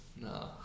No